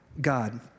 God